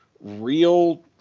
real